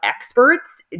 experts